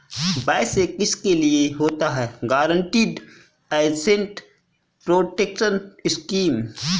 वैसे किसके लिए होता है गारंटीड एसेट प्रोटेक्शन स्कीम?